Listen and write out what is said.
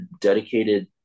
dedicated